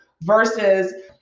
versus